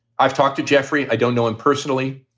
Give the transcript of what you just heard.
i've talked to jeffrey. i don't know him personally.